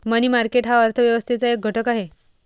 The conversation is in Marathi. मनी मार्केट हा अर्थ व्यवस्थेचा एक घटक आहे